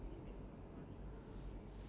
how would you spend that day